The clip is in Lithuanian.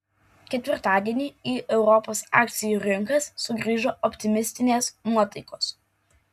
ketvirtadienį į europos akcijų rinkas sugrįžo optimistinės nuotaikos